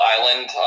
island